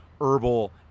herbal